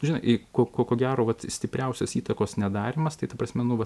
žinai ko ko ko gero vat stipriausios įtakos nedarymas tai ta prasme nu vat